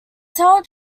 held